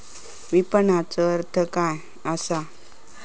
विपणनचो अर्थ काय असा?